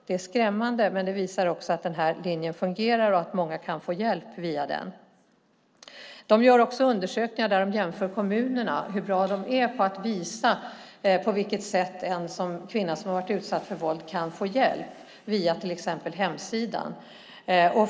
Det är skrämmande, men det visar också att linjen fungerar och att många kan få hjälp via den. Nationellt centrum gör också undersökningar där man jämför hur bra kommunerna är på att visa hur en kvinna som har utsatts för våld kan få hjälp - via till exempel hemsidan.